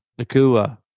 Nakua